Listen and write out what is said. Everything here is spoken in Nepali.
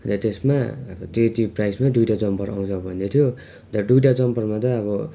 र त्यसमा त्यो त्यो प्राइसमा दुइटा जम्पर आउँछ भन्दै थियो र दुइटा जम्परमा त अब